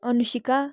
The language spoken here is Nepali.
अनुसिका